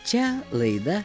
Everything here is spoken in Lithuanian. čia laida